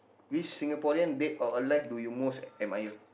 which Singaporean dead or alive do you most admire